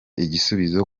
igisubizo